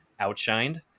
Outshined